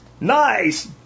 Nice